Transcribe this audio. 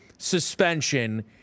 suspension